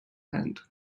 hand